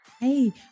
Hey